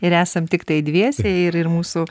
ir esam tiktai dviese ir ir mūsų